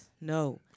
no